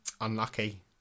Unlucky